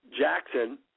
Jackson